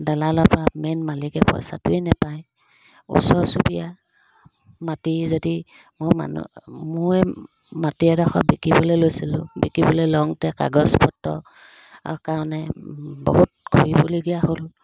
দালালৰপৰা main মালিকে পইচাটোৱে নেপায় ওচৰ চুপুৰীয়া মাটি যদি মোৰ মানুহ মোৰে মাটি এডোখৰ বিকিবলৈ লৈছিলোঁ বিকিবলৈ লওঁতে কাগজপত্ৰ কাৰণে বহুত ঘূৰিবলগীয়া হ'ল